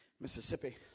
Mississippi